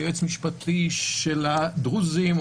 ויועץ משפטי של הדרוזים,